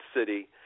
city